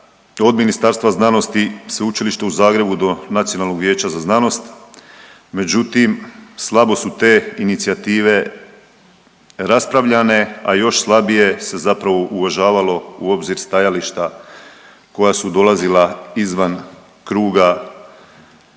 od Ministarstva znanosti, Sveučilišta u Zagrebu do Nacionalnog vijeća za znanost, međutim, slabo su te inicijative raspravljane, a još slabije se zapravo uvažavalo u obzir stajališta koja su dolazila izvan kruga trenutne